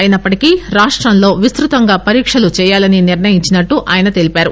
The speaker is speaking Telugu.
అయినప్పటికీ రాష్టంలో విస్తృతంగా పరీక్షలు చేయాలని నిర్ణయించినట్లు ఆయన తెలిపారు